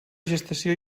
gestació